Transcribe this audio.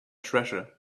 treasure